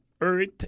earth